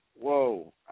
whoa